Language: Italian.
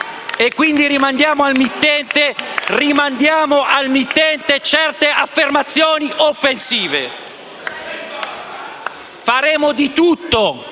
quindi al mittente certe affermazioni offensive. Faremo di tutto,